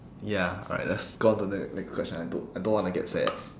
ya right let's go on to ne~ next question I don't I don't want to get sad